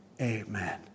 Amen